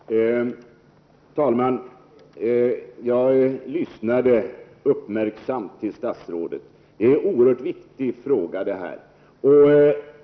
Herr talman! Jag lyssnade uppmärksamt till statsrådet. Det här är en oerhört viktig fråga.